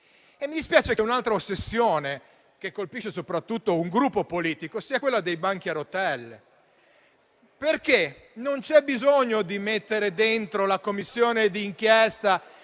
Mi dispiace che un'altra ossessione che colpisce soprattutto un Gruppo politico sia quella dei banchi a rotelle, perché non c'è bisogno di far rientrare le Regioni nelle